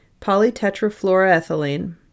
polytetrafluoroethylene